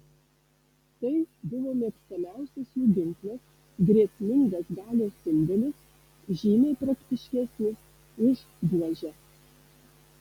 tai buvo mėgstamiausias jų ginklas grėsmingas galios simbolis žymiai praktiškesnis už buožę